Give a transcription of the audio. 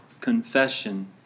confession